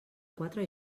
quatre